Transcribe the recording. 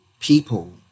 people